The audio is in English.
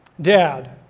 Dad